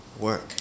work